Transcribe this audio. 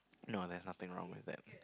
no there's nothing wrong with that